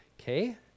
okay